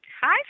Hi